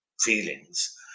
feelings